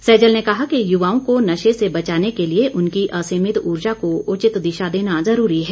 सहजल ने कहा कि युवाओं को नशे से बचाने के लिए उनकी असीमित ऊर्जा को उचित दिशा देना जरूरी है